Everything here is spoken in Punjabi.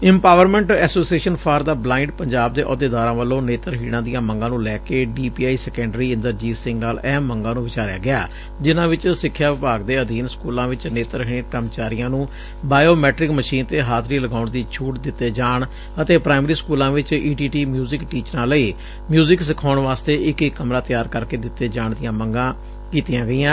ਇੰਮਪਾਰਵਮੈਟ association for the blind Punjab ਦੇ ਅਹੁਦੇਦਾਰਾ ਵੱਲੋ ਨੇਤਰਹੀਣਾ ਦੀਆ ਮੰਗਾ ਨੂੰ ਲੈ ਕੇ D P I secondary Inderjit Singh ਨਾਲ ਅਹਿਮ ਮੰਗਾਂ ਨੂੰ ਵਿਚਾਰਿਆ ਗਿਆ ਜਿਨ੍ਹਾਂ ਚ ਸਿਖਿਆ ਵਿਭਾਗ ਦੇ ਅਧੀਨ ਸਕੂਲਾ ਵਿਚ ਨੇਤਰਹੀਣ ਕਰਮਚਾਰੀਆ ਨੂੰ ਬਾਇਓ ਮੈਟ੍ਕਿ ਮਸ਼ੀਨ ਤੇ ਹਾਜ਼ਰੀ ਲਗਾਉਣ ਦੀ ਛੱਟ ਦਿੱਤੇ ਜਾਣ ਅਤੇ ਪ੍ਰਾਇਮਰੀ ਸਕੂਲਾ ਵਿਚ ਈ ਟੀ ਟੀ ਮਿਊਜ਼ਿਕ ਟੀਚਰਾ ਲਈ ਮਿਊਜ਼ਿਕ ਸਿਖਾਉਣ ਵਾਸਤੇ ਇਕ ਇਕ ਕਮਰਾ ਤਿਆਰ ਕਰਕੇ ਦਿੱਤੇ ਜਾਣ ਦੀ ਮੰਗ ਕੀਤੀ ਗਈ ਏ